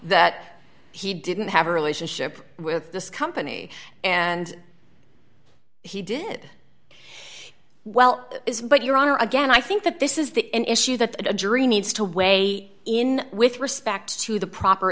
that he didn't have a relationship with this company and he did well but your honor again i think that this is the issue that a jury needs to weigh in with respect to the proper